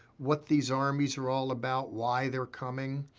what these armies are all about, why they're coming.